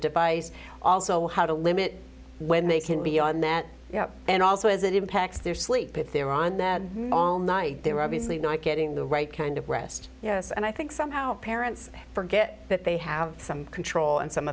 device also how to limit when they can beyond that and also is it impacts their sleep if they're on there all night they were obviously not getting the right kind of rest yes and i think somehow parents forget that they have some control and some